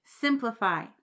Simplify